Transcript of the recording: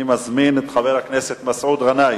אני מזמין את חבר הכנסת מסעוד גנאים.